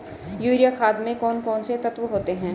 Urea खाद में कौन कौन से तत्व होते हैं?